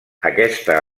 aquesta